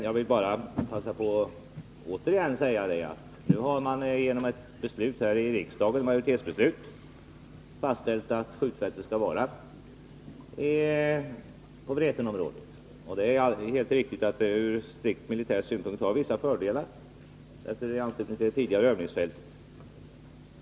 Jag vill bara passa på att återigen säga att vi genom ett majoritetsbeslut här i riksdagen har fastställt att skjutfältet skall vara på Vretenområdet. Det är helt riktigt att det ur strikt militär synpunkt har vissa fördelar att det ligger i anslutning till det tidigare övningsfältet.